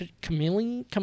chameleon